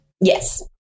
Yes